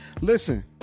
Listen